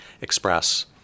express